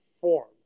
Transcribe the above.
form